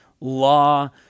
law